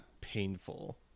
painful